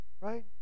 right